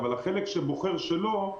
אבל החלק שבוחר שלא,